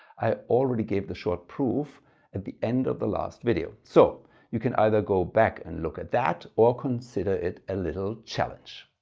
i already gave the short proof at the end of the last video. so you can either go back and look at that or consider it a little challenge.